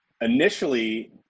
initially